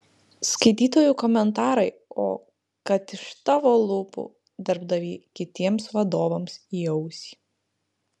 skaitytojų komentarai o kad iš tavo lūpų darbdavy kitiems vadovams į ausį